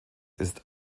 ist